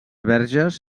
verges